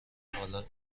حالا